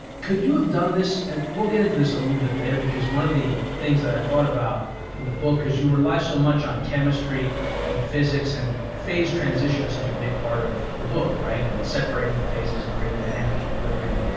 could you have done this, and we'll get into this a little bit later, because one of the things that i thought about in the book is you rely so much on chemistry and physics and phase transition is such a big part of the book, right? separating the phases and creating dynamic equilibrium.